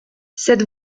cette